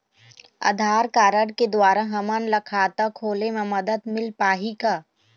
आधार card के द्वारा हमन ला खाता खोले म मदद मिल पाही का?